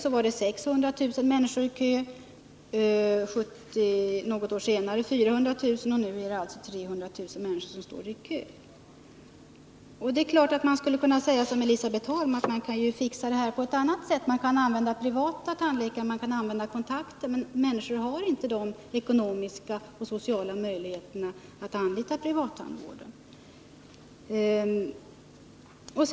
År 1975 var det 600 000 Det är klart att vi skulle kunna säga som Elisabet Holm, att man kan fixa detta på ett annat sätt, att man kan gå till privata tandläkare, att man kan använda kontakter. Men de flesta människor har inte ekonomiska och sociala möjligheter att anlita privattandvården.